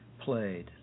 played